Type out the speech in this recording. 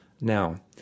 Now